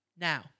Now